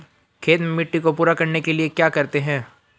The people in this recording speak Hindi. खेत में मिट्टी को पूरा करने के लिए क्या करते हैं?